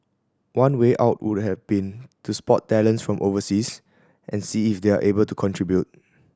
one way out would have been to spot talents from overseas and see if they're able to contribute